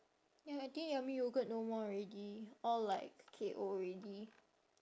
ya I think yummy yogurt no more already all like K_O already